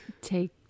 take